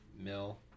mill